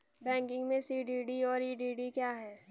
Banking में CDD और EDD क्या हैं?